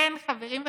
כן, חברים וחברות,